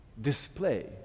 display